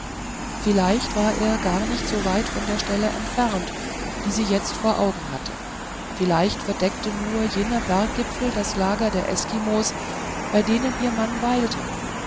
vielleicht war er gar nicht so weit von der stelle entfernt die sie jetzt vor augen hatte vielleicht verdeckte nur jener berggipfel das lager der eskimos bei denen ihr mann weilte